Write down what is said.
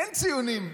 אין ציונים.